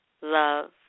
love